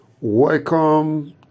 welcome